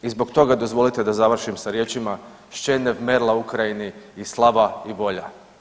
I zbog toga dozvolite da završim sa riječima Šče ne vmerla Ukrajini i slava i volja.